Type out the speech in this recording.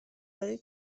ولی